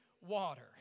water